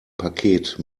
paket